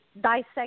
dissect